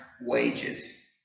wages